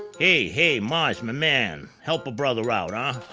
hey! hey! mars my man! help a brother out, ah?